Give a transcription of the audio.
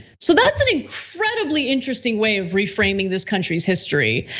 so, that's an incredibly interesting way of reframing this country's history,